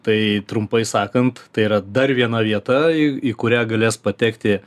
tai trumpai sakant tai yra dar viena vieta į kurią galės patekti